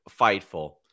FIGHTFUL